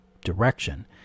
direction